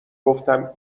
گفتم